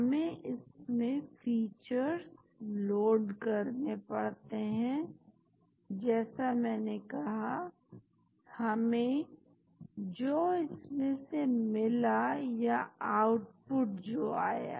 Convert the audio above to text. हमें इसमें features load करने पड़ते हैं जैसा मैंने कहा हमें जो इसमें से मिला या आउटपुट जो आया